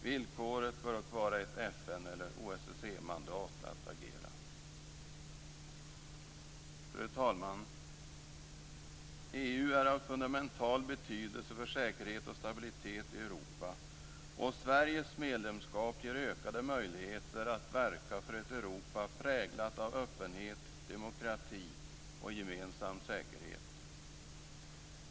Villkoret bör dock vara ett FN eller OSSE-mandat att agera. Fru talman! EU är av fundamental betydelse för säkerhet och stabilitet i Europa, och Sveriges medlemskap ger ökade möjligheter att verka för ett Europa präglat av öppenhet, demokrati och gemensam säkerhet.